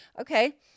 Okay